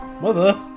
Mother